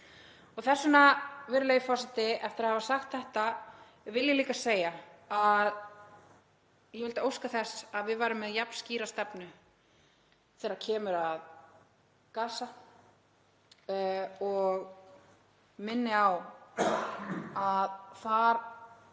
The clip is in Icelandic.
Þess vegna, eftir að hafa sagt þetta, vil ég líka segja að ég vildi óska þess að við værum með jafn skýra stefnu þegar kemur að Gaza og minni á að þar